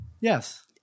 Yes